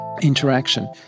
interaction